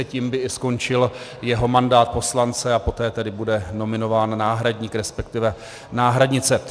Tím by skončil i jeho mandát poslance a poté bude nominován náhradník, resp. náhradnice.